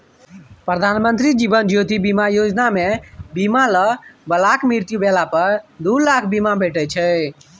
प्रधानमंत्री जीबन ज्योति बीमा योजना मे बीमा लय बलाक मृत्यु भेला पर दु लाखक बीमा भेटै छै